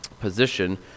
position